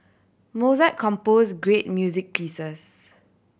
Mozart compose great music pieces